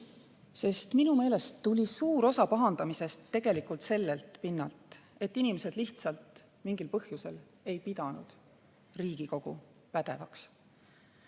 Minu meelest tuli suur osa pahandamist tegelikult sellelt pinnalt, et inimesed lihtsalt mingil põhjusel ei pidanud Riigikogu pädevaks.